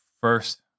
first